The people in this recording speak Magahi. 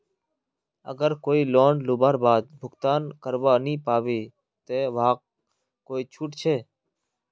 अगर कोई लोन लुबार बाद भुगतान करवा नी पाबे ते वहाक कोई छुट छे?